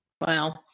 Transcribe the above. Wow